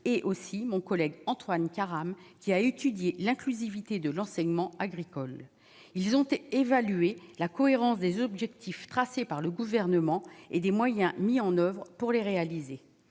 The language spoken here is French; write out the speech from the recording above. et aussi mon collègue Antoine Karam, qui a étudié l'inclusivité de l'enseignement agricole, ils ont été évalués la cohérence des objectifs tracés par le gouvernement et des moyens mis en oeuvre pour les réaliser,